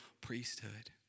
priesthood